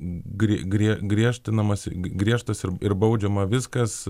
gri grie griežtinamas griežtas ir ir baudžiama viskas